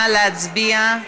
נא להצביע.